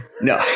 No